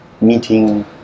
meeting